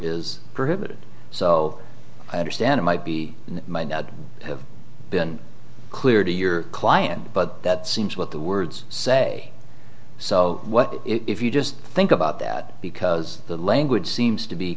is so i understand it might be might not have been clear to your client but that seems what the words say so what if you just think about that because the language seems to be